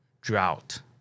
drought